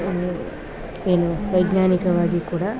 ಏನು ಏನು ವೈಜ್ಞಾನಿಕವಾಗಿ ಕೂಡ